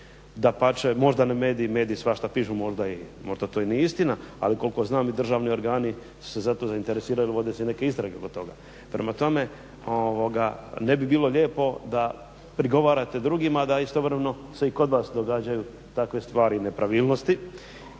Dapače možda mediji, mediji svašta pišu, možda to i nije istina ali koliko znam i državni organi su se za to zainteresirali, vode se neke istrage oko toga. Prema tome, ne bi bilo lijepo da prigovarate drugima a da istovremeno se i kod vas događaju takve stvari i nepravilnosti.